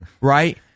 right